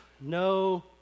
no